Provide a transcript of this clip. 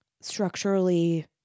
structurally